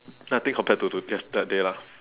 nothing compared to to yesterday lah